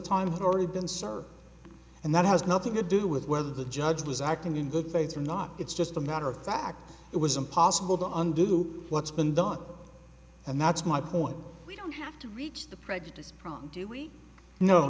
time had already been served and that has nothing to do with whether the judge was acting in good faith or not it's just a matter of fact it was impossible to undo what's been done and that's my point we don't have to reach the prejudice problem do we know